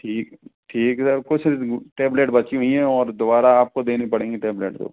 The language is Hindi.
ठीक ठीक सर कुछ टेबलेट बची हुई हैं और दोबारा आपको देनी पड़ेंगी टेबलेट तो